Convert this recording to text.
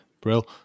Brill